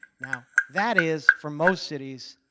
now, that is, for most cities,